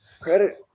Credit